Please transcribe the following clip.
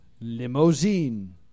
Limousine